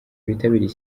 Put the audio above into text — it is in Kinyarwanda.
bitabiriye